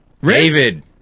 David